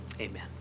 Amen